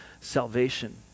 salvation